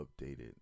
updated